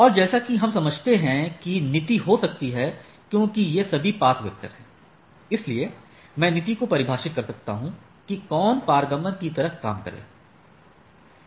और जैसा कि हम समझते हैं कि नीति हो सकती है क्योंकि ये सभी पाथ वेक्टर हैं इसलिए मैं नीति को परिभाषित कर सकता हूं कि कौन पारगमन कि तरह काम करे